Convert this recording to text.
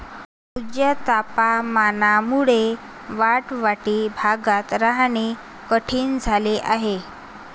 उच्च तापमानामुळे वाळवंटी भागात राहणे कठीण झाले आहे